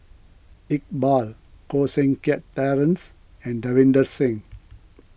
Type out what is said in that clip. Iqbal Koh Seng Kiat Terence and Davinder Singh